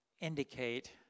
indicate